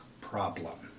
problem